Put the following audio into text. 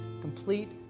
complete